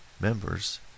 members